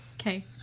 Okay